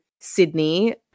Sydney